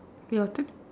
your turn